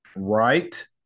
right